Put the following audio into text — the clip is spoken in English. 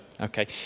Okay